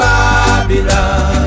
Babylon